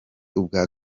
ubwa